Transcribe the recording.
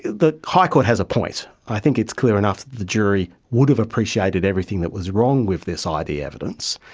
the high court has a point. i think it's clear enough that the jury would have appreciated everything that was wrong with this id evidence,